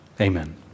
Amen